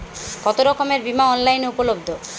কতোরকমের বিমা অনলাইনে উপলব্ধ?